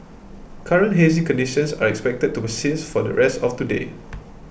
current hazy conditions are expected to persist for the rest of today